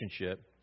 relationship